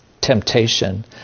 temptation